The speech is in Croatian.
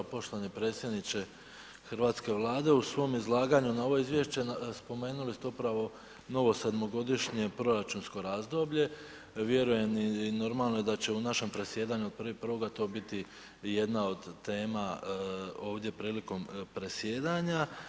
Poštovani predsjedniče Hrvatske vlade u svom izlaganju na ovo izvješće spomenuli ste upravo novo sedmogodišnje proračunsko razdoblje, vjerujem i normalno je da će u našem predsjedanju od 1.1. to biti jedna od tema ovdje prilikom predsjedanja.